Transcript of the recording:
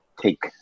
take